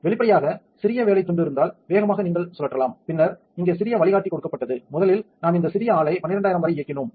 வெளிப்படையாக சிறிய வேலை துண்டு இருந்தால் வேகமாக நீங்கள் சுழற்றலாம் பின்னர் இங்கே சிறிய வழிகாட்டி கொடுக்கப்பட்டது முதலில் நாம் இந்த சிறிய ஆளை 12000 வரை இயக்கினோம்